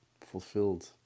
Fulfilled